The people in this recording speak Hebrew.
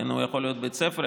יכול להיות בית ספר,